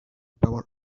power